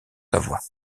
savoie